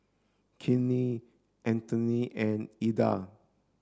Kinte Antone and Ilda